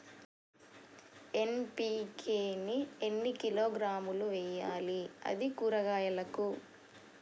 NPK ని ఎన్ని కిలోగ్రాములు వెయ్యాలి? అది కూరగాయలకు?